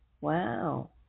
Wow